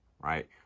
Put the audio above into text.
right